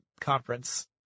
conference